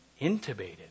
Intubated